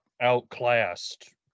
outclassed